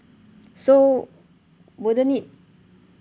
so wouldn't it